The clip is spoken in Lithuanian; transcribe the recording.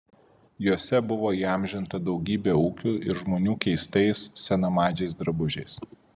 jose buvo įamžinta daugybė ūkių ir žmonių keistais senamadžiais drabužiais